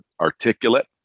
Articulate